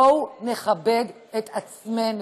בואו נכבד את עצמנו.